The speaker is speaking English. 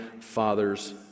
father's